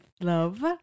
love